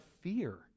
fear